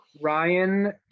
Ryan